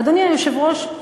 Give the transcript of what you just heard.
אדוני היושב-ראש,